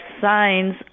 signs